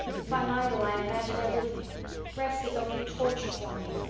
if i'm idle i imagine everything rest is only torture for me.